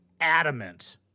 adamant